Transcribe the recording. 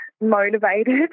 motivated